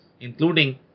including